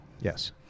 Yes